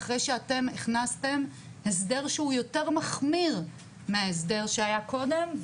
אחרי שאתם הכנסתם הסדר שהוא יותר מחמיר מההסדר שהיה קודם,